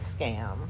scam